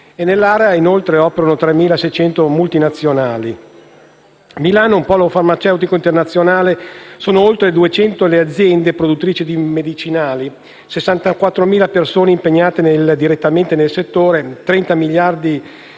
Nell'area operano 3.600 multinazionali. Milano è un polo farmaceutico internazionale: sono oltre 200 le aziende produttrici di medicinali; 64.000 le persone impegnate direttamente nel settore; 30 miliardi il